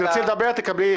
תרצי לדבר תבקשי.